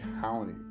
county